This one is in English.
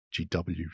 GW